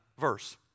verse